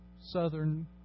Southern